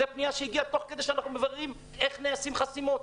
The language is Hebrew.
זאת פנייה שהגיעה תוך כדי שאנחנו מבררים איך קורות חסימות.